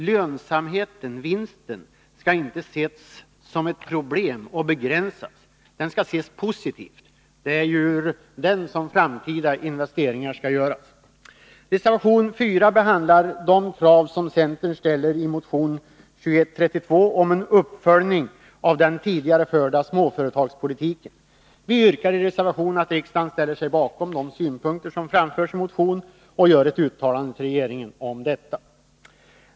Lönsamheten — vinsten — skall inte ses som ett problem och begränsas. Den skall ses positivt — det är ju ur den som framtida investeringar skall göras. Reservation 4 behandlar de krav som centern ställer i motion 2132 om en uppföljning av den tidigare förda småföretagspolitiken. Vi yrkar i reservationen att riksdagen ställer sig bakom de synpunkter som framförs i motionen och gör ett uttalande till regeringen om detta.